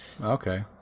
Okay